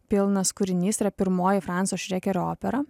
pilnas kūrinys yra pirmoji franso šrekerio opera